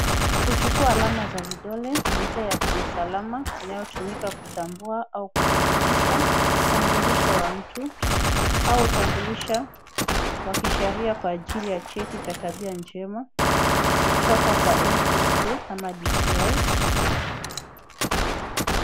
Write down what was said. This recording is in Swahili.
Kuchukua alama za vidole, ni njia ya kiusalama inayotumika kutambua au kuthibitisha utambulisho wa mtu au hutambulisha kwa kisheria kwa ajili ya, cheti cha tabia njema, kutoka kwa Ntsa ama Dci